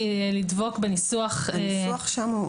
הניסוח שם,